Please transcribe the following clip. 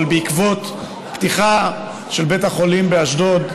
אבל בעקבות הפתיחה של בית החולים באשדוד,